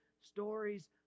stories